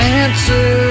answer